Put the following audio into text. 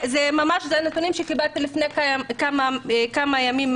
אלה נתונים שקיבלתי מהמשרד לפני כמה ימים.